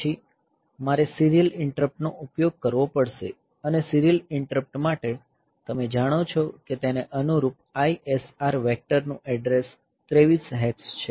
પછી મારે સીરીયલ ઈન્ટરપ્ટનો ઉપયોગ કરવો પડશે અને સીરીયલ ઈન્ટરપ્ટ માટે તમે જાણો છો કે તેને અનુરૂપ ISR વેક્ટર નું એડ્રેસ 23 હેક્સ છે